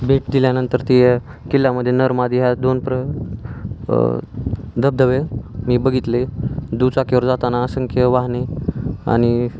भेट दिल्यानंतर ती किल्लामध्ये नर मादी ह्या दोन प्र धबधबे मी बघितले दुचाकीवर जाताना असंख्य वाहने आणि